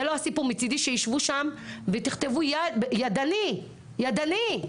זה לא הסיפור, מצידי שישבו שם ויכתבו ידני, ידני.